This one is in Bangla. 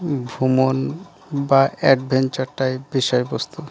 ভ্রমণ বা অ্যাডভেঞ্চারটাই বিষয়বস্তু